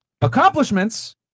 Accomplishments